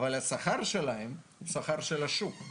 אבל השכר שלהם הוא השכר של השוק.